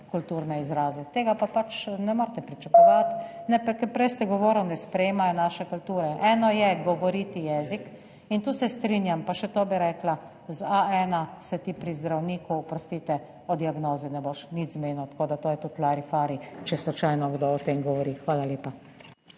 kulturne izraze, tega pa ne morete pričakovati. Prej ste govoril: »ne sprejemajo naše kulture«, eno je govoriti jezik in tu se strinjam, pa še to bi rekla, z A1 se ti pri zdravniku, oprostite, o diagnozi ne boš nič zmenil, tako da to je tudi lari fari, če slučajno kdo o tem govori. Hvala lepa.